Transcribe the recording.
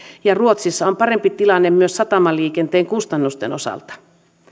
ja ruotsissa on parempi tilanne myös satamaliikenteen kustannusten osalta